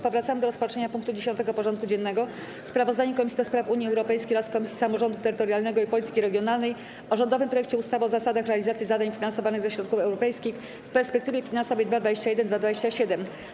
Powracamy do rozpatrzenia punktu 10. porządku dziennego: Sprawozdanie Komisji do Spraw Unii Europejskiej oraz Komisji Samorządu Terytorialnego i Polityki Regionalnej o rządowym projekcie ustawy o zasadach realizacji zadań finansowanych ze środków europejskich w perspektywie finansowej 2021-2027.